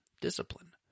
discipline